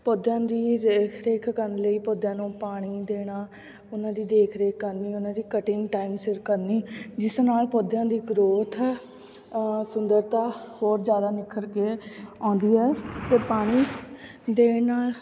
ਪੌਦਿਆਂ ਦੀ ਦੇਖ ਰੇਖ ਕਰਨ ਲਈ ਪੌਦਿਆਂ ਨੂੰ ਪਾਣੀ ਦੇਣਾ ਉਹਨਾਂ ਦੀ ਦੇਖ ਰੇਖ ਕਰਨੀ ਉਹਨਾਂ ਦੀ ਕਟਿੰਗ ਟਾਈਮ ਸਿਰ ਕਰਨੀ ਜਿਸ ਨਾਲ ਪੌਦਿਆਂ ਦੀ ਗਰੋਥ ਸੁੰਦਰਤਾ ਹੋਰ ਜ਼ਿਆਦਾ ਨਿਖਰ ਕੇ ਆਉਂਦੀ ਹੈ ਅਤੇ ਪਾਣੀ ਦੇਣ ਨਾਲ